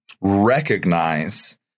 recognize